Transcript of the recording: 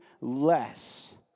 less